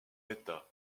état